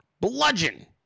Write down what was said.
bludgeon